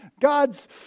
God's